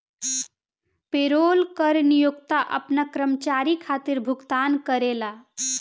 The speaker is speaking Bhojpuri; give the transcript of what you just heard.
पेरोल कर नियोक्ता आपना कर्मचारी खातिर भुगतान करेला